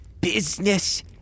business